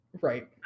Right